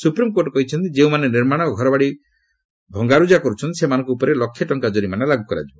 supreme court କହିଛନ୍ତି ଯେଉଁମାନେ ନିର୍ମାଣ ଓ ଘରବାଡ଼ି ଭଙ୍ଗାଭଙ୍ଗି କରୁଛନ୍ତି ସେମାନଙ୍କ ଉପରେ ଲକ୍ଷେ ଟଙ୍କା ଜୋରିମାନା ଲାଗୁ କରାଯିବ